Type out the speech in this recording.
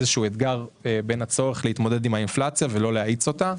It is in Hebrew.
זה איזה שהוא אתגר בין הצורך להתמודד עם האינפלציה ולא להאיץ אותה.